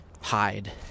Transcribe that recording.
hide